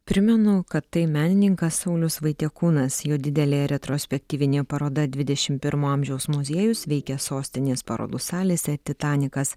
primenu kad tai menininkas saulius vaitiekūnas jo didelė retrospektyvinė paroda dvidešimt pirmo amžiaus muziejus veikia sostinės parodų salėse titanikas